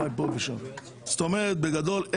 בגדול,